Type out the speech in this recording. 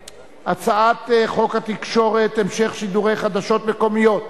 הצעת חוק התקשורת (המשך שידורי חדשות מקומיות בטלוויזיה)